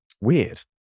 Weird